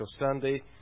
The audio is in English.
Sunday